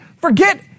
Forget